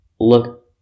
look